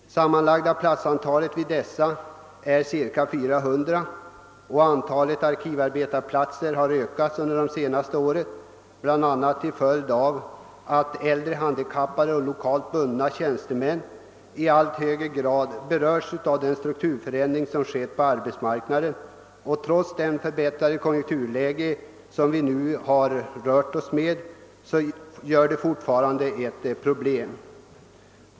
Det sammanlagda platsantalet vid dessa centraler är cirka 400 och har ökat under det senaste året, bl.a. till följd av att äldre handikappade och l1okalt bundna tjänstemän i allt högre grad berörs av den strukturförändring som äger rum på arbetsmarknaden. Trots det förbättrade konjunkturläget är detta fortfarande ett problem.